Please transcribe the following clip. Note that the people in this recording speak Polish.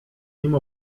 nim